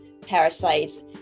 parasites